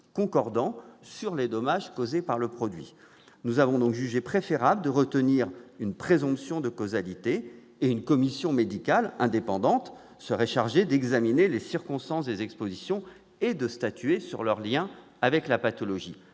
concordants sur les dommages causés par le produit. Nous avons donc jugé préférable de retenir une présomption de causalité. Une commission médicale indépendante serait chargée d'examiner les circonstances des expositions et de statuer sur leur lien avec la pathologie.